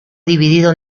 dividido